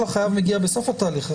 מגיע בסוף התהליך,